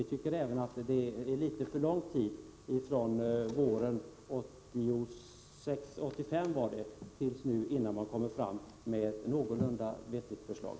Vi tycker också att det är för lång tid från våren 1985 till nu, innan man kommit fram med ett någorlunda vettigt förslag.